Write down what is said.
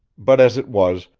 but as it was,